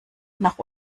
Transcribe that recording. nach